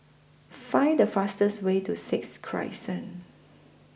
Find The fastest Way to Sixth Crescent